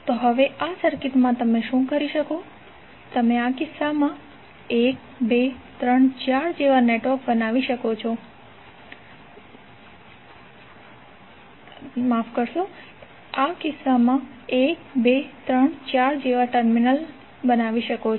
તો હવે આ સર્કિટમાં તમે શું કરી શકો તમે આ કિસ્સામાં 1 2 3 4 જેવા ટર્મિનલ્સ બનાવી શકો છો